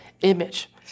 image